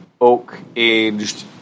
oak-aged